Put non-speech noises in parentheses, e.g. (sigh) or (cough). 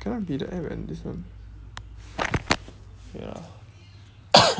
cannot be the app and this one ya (coughs)